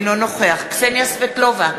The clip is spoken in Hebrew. אינו נוכח קסניה סבטלובה,